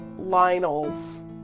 Lionels